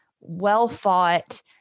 well-fought